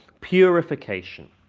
purification